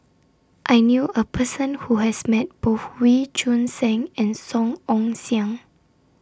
I knew A Person Who has Met Both Wee Choon Seng and Song Ong Siang